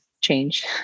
change